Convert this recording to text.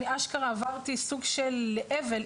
אני אשכרה עברתי סוג של אבל,